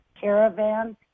caravan